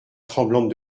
tremblante